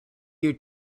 you